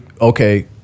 Okay